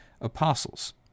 apostles